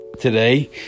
today